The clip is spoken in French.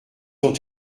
ont